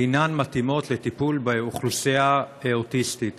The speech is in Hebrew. אינן מתאימות לטיפול באוכלוסייה אוטיסטית.